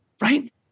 right